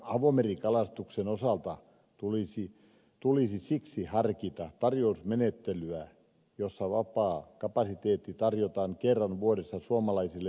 avomerikalastuksen osalta tulisi siksi harkita tarjousmenettelyä jossa vapaa kapasiteetti tarjotaan kerran vuodessa suomalaisille yrityksille